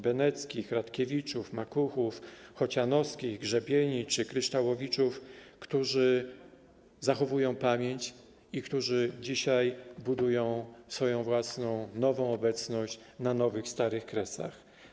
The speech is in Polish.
Chodzi o rody Beneckich, Radkiewiczów, Makuchów, Chocianowskich, Grzebieni czy Kryształowiczów, którzy zachowują pamięć i którzy dzisiaj budują swoją własną, nową obecność na nowych starych Kresach.